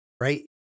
right